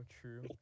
true